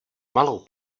malou